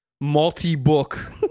multi-book